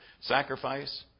sacrifice